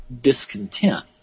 discontent